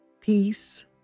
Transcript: peace